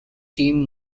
team